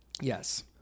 Yes